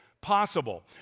possible